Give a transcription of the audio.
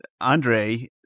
Andre